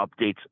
updates